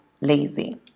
lazy